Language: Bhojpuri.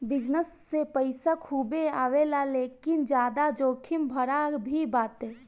विजनस से पईसा खूबे आवेला लेकिन ज्यादा जोखिम भरा भी बाटे